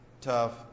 tough